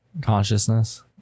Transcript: Consciousness